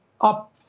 up